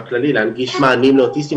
בכללי להנגיש מענים לאוטיסטים,